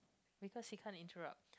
because he can't interrupt